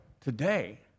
today